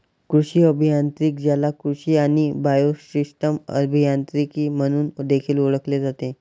कृषी अभियांत्रिकी, ज्याला कृषी आणि बायोसिस्टम अभियांत्रिकी म्हणून देखील ओळखले जाते